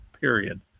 period